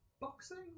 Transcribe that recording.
boxing